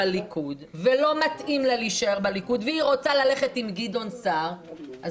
הליכוד ולא מתאים לה להישאר בליכוד והיא רוצה ללכת עם גדעון סער,